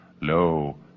Lo